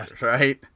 Right